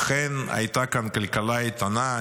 אכן הייתה כאן כלכלה איתנה.